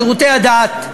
שירותי הדת,